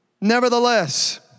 nevertheless